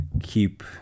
keep